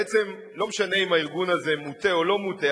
ובעצם לא משנה אם הארגון הזה מוטה או לא מוטה,